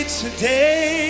today